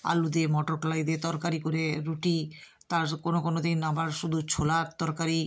আলু দিয়ে মটর কলাই দিয়ে তরকারি করে রুটি তার কোনও কোনও দিন আবার শুধু ছোলার তরকারি